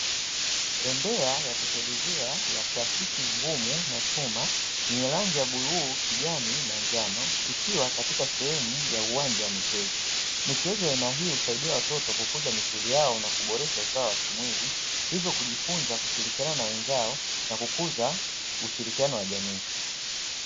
Bembea ya kutelezea ya plastiki ngumu na chuma, yenye rangi ya buluu, kijani na njano, ikiwa katika sehemu ya uwanja wa michezo. Michezo ya aina hii husaidia watoto kukuza misuli yao na kuboresha usawa wa kimwili, hivyo kujifunza kushirikiana na wenzao na kukuza ushirikiano wa jamii.